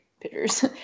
pitchers